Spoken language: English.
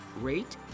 rate